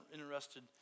interested